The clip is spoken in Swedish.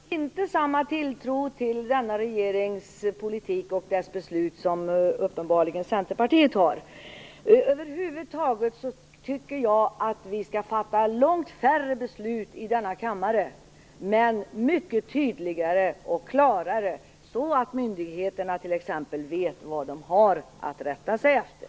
Fru talman! Jag har inte samma tilltro till denna regerings politik och dess beslut som Centerpartiet uppenbarligen har. Jag tycker över huvud taget att vi skall fatta långt färre beslut i denna kammare, men de skall vara mycket tydligare och klarare så att myndigheterna vet vad de har att rätta sig efter.